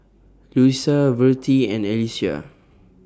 Louisa Vertie and Alesia